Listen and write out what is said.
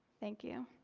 thank you.